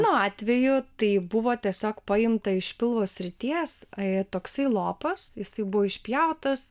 mano atveju tai buvo tiesiog paimta iš pilvo srities ai toksai lopas jisai buvo išpjautas